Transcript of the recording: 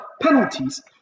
penalties